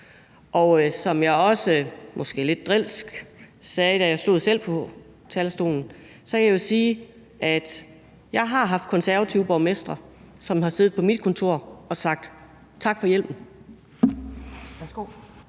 Og som jeg også – måske lidt drilsk – sagde, da jeg selv stod på talerstolen, har jeg haft konservative borgmestre, som har siddet på mit kontor og sagt: Tak for hjælpen.